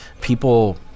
People